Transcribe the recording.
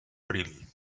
really